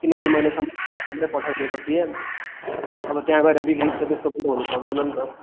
किनकि मैले सामान राम्रै पठाइदिएको थिएँ अब त्यहाँ गएर बिग्रिन्छ त्यस्तो कुरो हुनु सक्दैन नि त